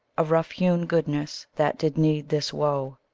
a rough-hewn goodness, that did need this woe,